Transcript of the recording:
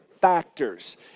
factors